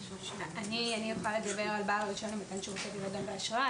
אני יכולה לדבר על בעל רישיון למתן שירותים באשראי.